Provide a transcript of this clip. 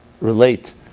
relate